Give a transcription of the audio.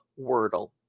wordle